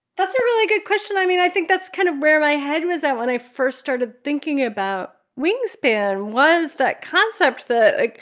that's a really good question. i mean, i think that's kind of where my head was at when i first started thinking about wingspan was that concept that, like,